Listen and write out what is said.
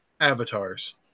avatars